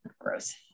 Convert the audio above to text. Gross